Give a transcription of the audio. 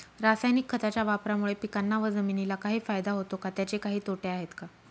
रासायनिक खताच्या वापरामुळे पिकांना व जमिनीला काही फायदा होतो का? त्याचे काही तोटे आहेत का?